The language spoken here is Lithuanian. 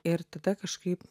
ir tada kažkaip